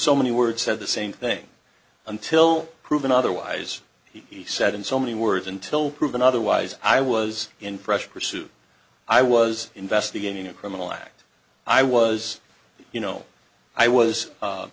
so many words said the same thing until proven otherwise he said in so many words until proven otherwise i was in fresh pursuit i was investigating a criminal act i was you know i was